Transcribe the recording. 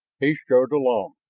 he strode along,